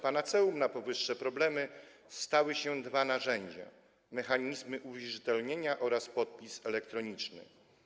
Panaceum na powyższe problemy stały się dwa narzędzia: mechanizmy uwierzytelnienia oraz podpis elektroniczny.